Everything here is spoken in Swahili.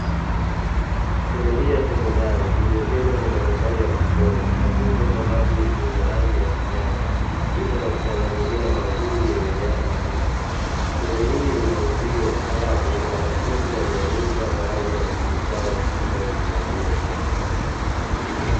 Shule hii ya sekondari iliyojengwa kwa matofali ya kuchoma na kuezekwa bati lenye rangi ya kijani ipo katika mazingira mazuri yenye nyasi fupi. Shule hii ina uzio ambapo wanafunzi wameanika baadhi ya nguo zao katika uzio huo.